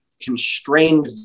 constrained